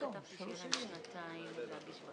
חברים,